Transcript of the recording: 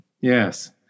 Yes